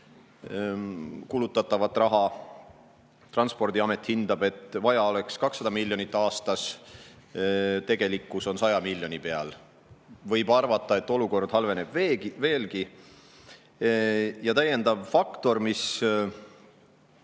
kulutatavat raha. Transpordiamet hindab, et vaja oleks 200 miljonit aastas, tegelikkus on 100 miljoni peal. Võib arvata, et olukord halveneb veelgi. Ja täiendav faktor, mis